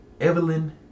Evelyn